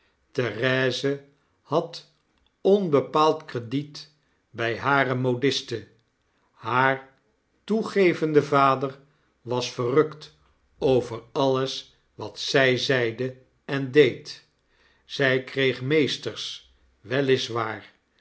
therese had onbepaald krediet by hare modiste haar toegevende vader was verrukt over alles wat zy zeide en deed zy kreeg meesters wel is waar